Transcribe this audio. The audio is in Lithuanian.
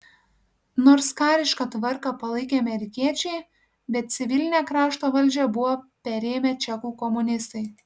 nors karišką tvarką palaikė amerikiečiai bet civilinę krašto valdžią buvo perėmę čekų komunistai